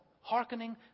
Hearkening